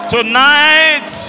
Tonight